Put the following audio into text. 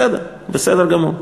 בסדר, בסדר גמור.